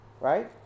right